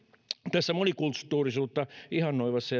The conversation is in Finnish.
tässä monikulttuurisuutta ihannoivassa